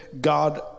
God